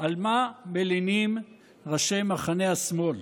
על מה מלינים ראשי מחנה השמאל?